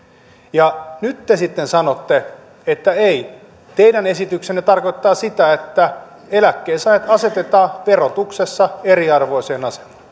ja nyt te sitten sanotte että ei teidän esityksenne tarkoittaa sitä että eläkkeensaajat asetetaan verotuksessa eriarvoiseen asemaan